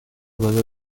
whether